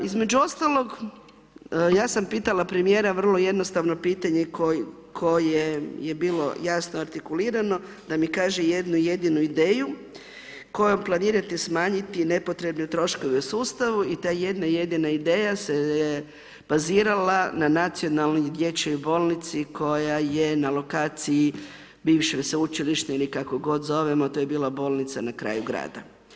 Između ostalog ja sam pitala premijera vrlo jednostavno pitanje koje je bilo jasno artikulirano da mi kaže jednu jedinu ideju kojom planirate smanjiti nepotrebne troškove u sustavu i ta jedna jedina ideja se bazirala na nacionalnoj dječjoj bolnici koja je na lokaciji bivšeg Sveučilišta, ili kako god zovemo to je bila bolnica na kraju grada.